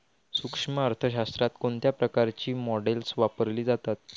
सूक्ष्म अर्थशास्त्रात कोणत्या प्रकारची मॉडेल्स वापरली जातात?